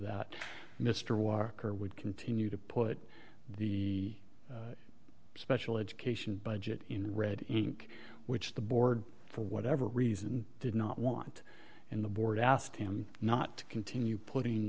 that mr walker would continue to put the special education budget in red ink which the board for whatever reason did not want in the board asked him not to continue putting